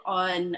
on